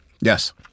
yes